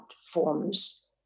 forms